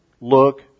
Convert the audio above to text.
look